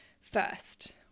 first